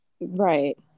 Right